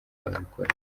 wabikora